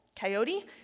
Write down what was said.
Coyote